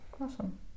Awesome